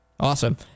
Awesome